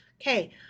Okay